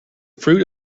fruit